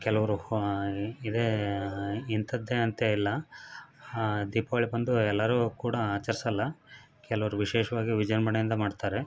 ಕೆಲವ್ರು ಇದೆ ಇಂಥದ್ದೇ ಅಂತ ಇಲ್ಲ ದೀಪಾವಳಿ ಬಂದು ಎಲ್ಲರೂ ಕೂಡ ಆಚರ್ಸೋಲ್ಲ ಕೆಲವ್ರು ವಿಶೇಷವಾಗಿ ವಿಜೃಂಭಣೆಯಿಂದ ಮಾಡ್ತಾರೆ